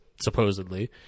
supposedly